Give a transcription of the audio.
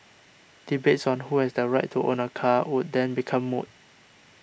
debates on who has the right to own a car would then become moot